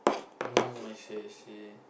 mm I see I see